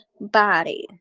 body